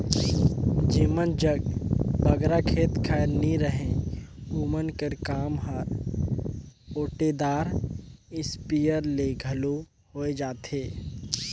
जेमन जग बगरा खेत खाएर नी रहें ओमन कर काम हर ओटेदार इस्पेयर ले घलो होए जाथे